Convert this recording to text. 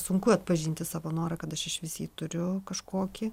sunku atpažinti savo norą kad aš išvis jį turiu kažkokį